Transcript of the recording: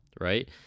right